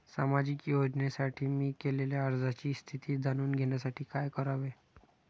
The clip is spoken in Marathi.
सामाजिक योजनेसाठी मी केलेल्या अर्जाची स्थिती जाणून घेण्यासाठी काय करावे?